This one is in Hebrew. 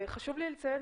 חשוב לי לציין,